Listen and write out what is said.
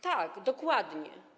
Tak, dokładnie.